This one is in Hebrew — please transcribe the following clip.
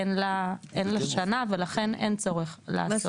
אין לה שנה ולכן אין צורך לעשות הגדרה.